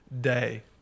day